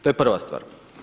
To je prva stvar.